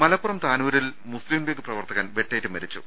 മലപ്പുറം താനൂരിൽ മുസ്ലിം ലീഗ് പ്രവർത്തകൻ വെട്ടേറ്റ് മരിച്ചു